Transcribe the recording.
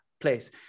place